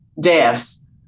deaths